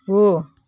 हो